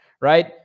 right